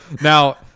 Now